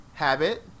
Habit